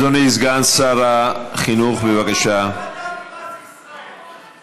תשמעו מה אומר לכם חתן פרס ישראל.